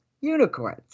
Unicorns